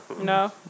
No